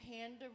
panda